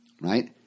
right